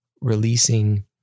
releasing